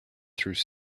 through